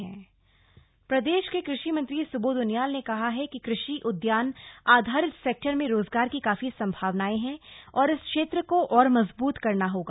कृषि मंत्री बैठक प्रदेश के कृषि मंत्री सुबोध उनियाल ने कहा है कि कृषि उद्यान आधारित सेक्टर में रोजगार की काफी संभावनाएं हैं और इस क्षेत्र को और मजबूत करना होगा